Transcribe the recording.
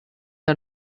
der